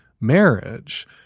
marriage